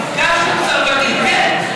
היא גם סרבנית גט.